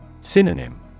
Synonym